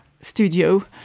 studio